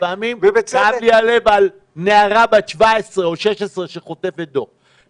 לפעמים כאב לי הלב על נערה בת 17 או 16 שחוטפת דוח.